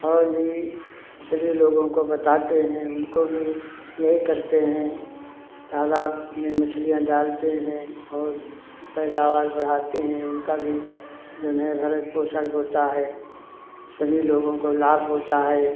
और भी सभी लोगों को बताते हैं उनको भी यही करते हैं तालाब में मछलियाँ डालते हैं और पैदावार बढ़ाते हैं उनका भी जऊन है भरण पोषण होता है सभी लोगों को लाभ होता है